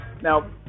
now